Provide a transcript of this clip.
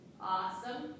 Awesome